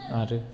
आरो